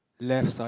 left side